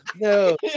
no